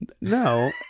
No